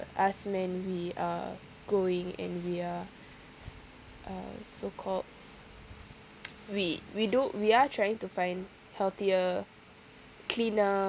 us man we are growing and we are uh so called we we don't we are trying to find healthier cleaner